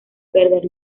perder